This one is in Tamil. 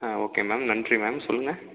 ஆ ஓகே மேம் நன்றி மேம் சொல்லுங்கள்